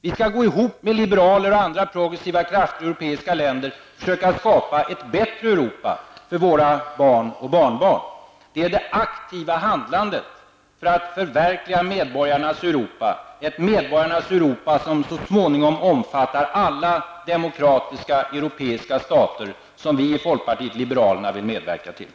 Vi skall gå ihop med liberaler och andra progressiva krafter i europeiska länder och försöka skapa ett bättre Europa för våra barn och barnbarn. Det är det aktiva handlandet för att förverkliga det medborgarnas Europa som så småningom omfattar alla demokratiska europeiska stater som vi i folkpartiet liberalerna vill medverka till.